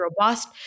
robust